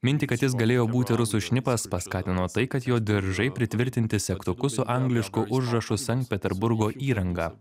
mintį kad jis galėjo būti rusų šnipas paskatino tai kad jo diržai pritvirtinti segtuku su anglišku užrašu sankt peterburgo įranga